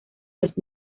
los